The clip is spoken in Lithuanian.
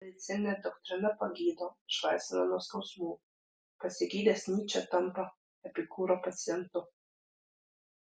medicininė doktrina pagydo išlaisvina nuo skausmų pasigydęs nyčė tampa epikūro pacientu